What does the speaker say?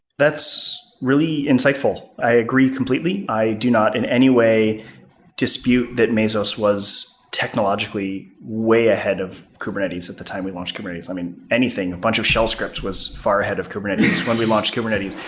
that's really insightful. i agree completely. i do not in any way dispute that mesos was technologically way ahead of kubernetes at the time we launched kubernetes. i mean, anything. a bunch of shell scripts was far ahead of kubernetes, when we launched kubernetes.